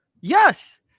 Yes